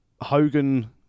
Hogan